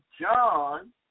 John